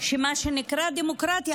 מה שנקרא דמוקרטיה,